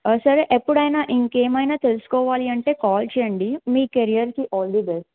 సరే ఎప్పుడైనా ఇంకా ఏమైనా తెలుసుకోవాలి అంటే కాల్ చేయండి మీ కెరియర్కి ఆల్ ద బెస్ట్